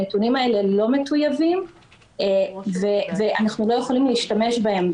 הנתונים האלה לא מטויבים ואנחנו לא יכולים להשתמש בהם.